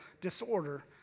disorder